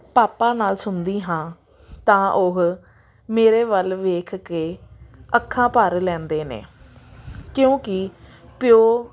ਪਾਪਾ ਨਾਲ ਸੁਣਦੀ ਹਾਂ ਤਾਂ ਉਹ ਮੇਰੇ ਵੱਲ ਦੇਖ ਕੇ ਅੱਖਾਂ ਭਰ ਲੈਂਦੇ ਨੇ ਕਿਉਂਕਿ ਪਿਓ